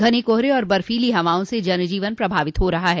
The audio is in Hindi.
घने कोहरे और बर्फीली हवाओं से जनजीवन प्रभावित हो रहा है